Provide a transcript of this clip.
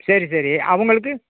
சரி சரி அவங்களுக்கு